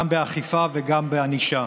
גם באכיפה וגם בענישה.